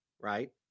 Right